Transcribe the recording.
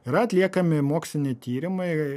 yra atliekami moksliniai tyrimai